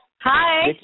Hi